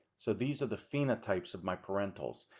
so these are the phenotypes of my parentals.